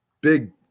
big